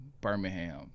birmingham